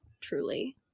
truly